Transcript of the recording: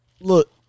look